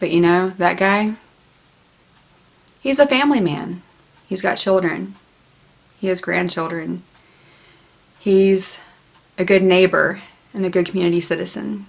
but you know that guy he's a family man he's got children he has grandchildren he's a good neighbor and a good community citizen